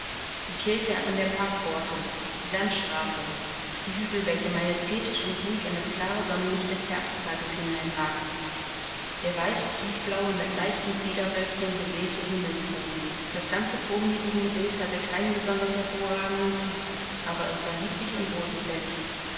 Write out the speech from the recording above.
die kirche an der parkpforte die landstraße die hügel welche majestätisch und ruhig in das klare sonnenlicht des herbsttages hineinragten der weite tiefblaue mit leichten federwölkchen besäete himmelsbogen das ganze vor mir liegende bild hatte keinen besonders hervorragenden zug aber es war lieblich und wohlgefällig